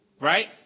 Right